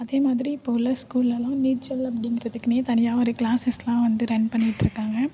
அதே மாதிரி இப்போ உள்ள ஸ்கூல்லேலாம் நீச்சல் அப்படிங்கிறதுக்குனே தனியாக ஒரு க்ளாஸஸ்லாம் வந்து ரன் பண்ணிக்கிட்டு இருக்காங்க